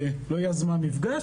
לא יזמה מפגש,